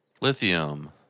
lithium